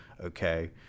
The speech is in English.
Okay